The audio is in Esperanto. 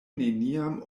neniam